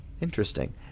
Interesting